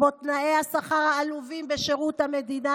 כמו תנאי השכר העלובים בשירות המדינה,